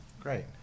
great